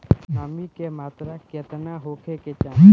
नमी के मात्रा केतना होखे के चाही?